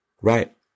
Right